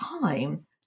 time